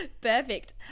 Perfect